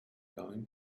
going